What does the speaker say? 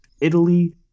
Italy